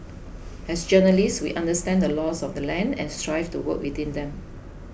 as journalists we understand the laws of the land and strive to work within them